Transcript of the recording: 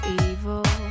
evil